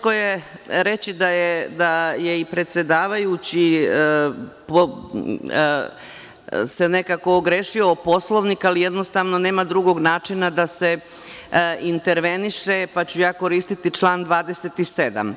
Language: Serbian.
Teško je reći da je i predsedavajući se nekako ogrešio o Poslovnik, ali jednostavno nema drugog načina da se interveniše, pa ću ja koristiti član 27.